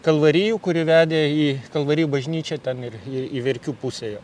kalvarijų kuri vedė į kalvarijų bažnyčią ten ir į į verkių pusę jo